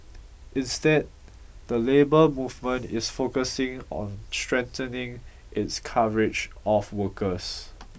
instead the labour movement is focusing on strengthening its coverage of workers